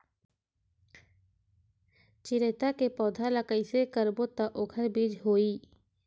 चिरैता के पौधा ल कइसे करबो त ओखर बीज होई?